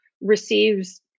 receives